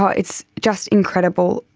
ah it's just incredible.